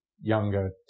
younger